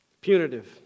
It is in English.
Punitive